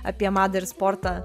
apie madą ir sportą